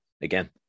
again